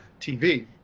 tv